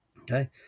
Okay